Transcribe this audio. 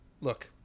look